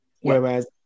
Whereas